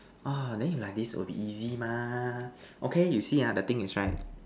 !wah! then you like this will be easy mah okay you see ah the thing is right